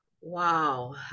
Wow